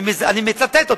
ואני מצטט אותו,